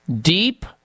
deep